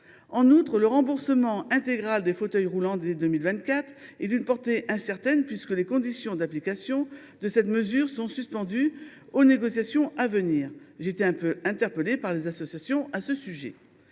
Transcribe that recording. En outre, le remboursement intégral des fauteuils roulants dès 2024 est d’une portée incertaine, puisque les conditions d’application de cette mesure sont suspendues aux négociations à venir. J’ai été interpellée par les associations à ce sujet.